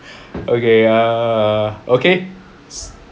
okay err okay